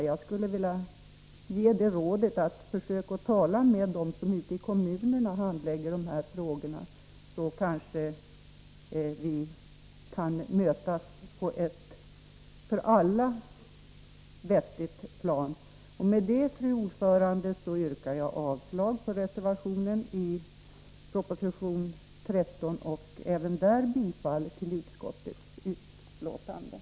Jag skulle vilja ge rådet: Försök att tala med de personer som ute i kommunerna handlägger dessa frågor, så kanske vi kan mötas på ett för alla vettigt plan. Med detta, fru talman, yrkar jag avslag på reservationen i betänkande 13 och bifall till utskottets hemställan.